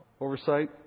oversight